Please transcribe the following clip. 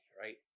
right